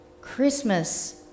Christmas